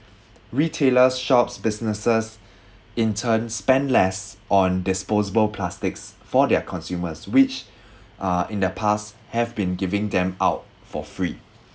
retailers shops businesses in turn spend less on disposable plastics for their consumers which uh in the past have been giving them out for free